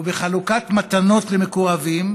ובחלוקת מתנות למקורבים,